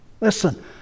Listen